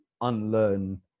unlearn